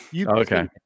okay